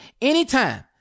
anytime